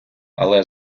але